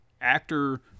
actor